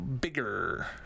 bigger